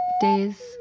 days